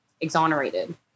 exonerated